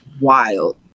wild